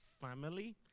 family